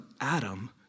Adam